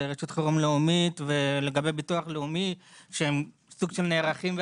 רשות החירום הלאומית והביטוח הלאומי שהם נערכים.